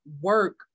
work